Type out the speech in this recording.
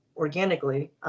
organically